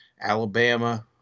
Alabama